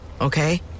okay